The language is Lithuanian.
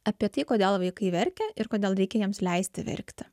apie tai kodėl vaikai verkia ir kodėl reikia jiems leisti verkti